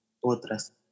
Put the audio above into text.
otras